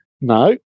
No